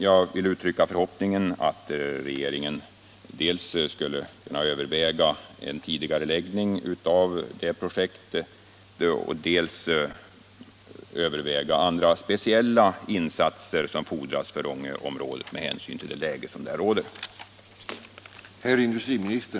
Jag vill uttrycka den förhoppningen att regeringen vill överväga dels en tidigareläggning av det projektet, dels andra speciella insatser som fordras för Ångeområdet i det läge som där råder.